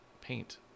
paint